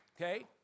Okay